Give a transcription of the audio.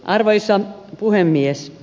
arvoisa puhemies